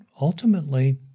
ultimately